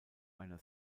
einer